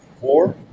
four